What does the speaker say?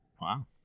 wow